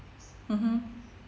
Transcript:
mmhmm